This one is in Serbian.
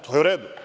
To je u redu.